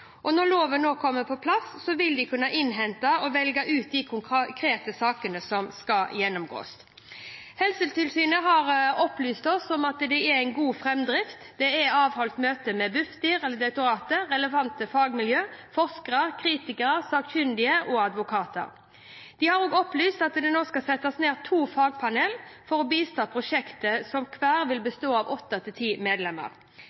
Når loven nå kommer på plass, vil de kunne innhente og velge ut de konkrete sakene som skal gjennomgås. Helsetilsynet har opplyst at de har god framdrift. Det er avholdt møter med Bufdir, direktoratet, og relevante fagmiljøer, forskere, kritikere, sakkyndige og advokater. De har også opplyst at det for å bistå prosjektet nå skal nedsettes to fagpanel som hvert vil bestå av 8–10 medlemmer. Ett panel vil ha medlemmer